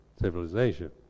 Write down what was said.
civilization